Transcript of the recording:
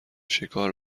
شکار